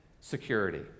security